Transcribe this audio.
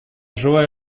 желаю